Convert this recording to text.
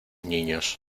niños